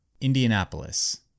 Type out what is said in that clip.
Indianapolis